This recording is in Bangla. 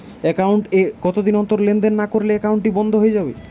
একাউন্ট এ কতদিন অন্তর লেনদেন না করলে একাউন্টটি কি বন্ধ হয়ে যাবে?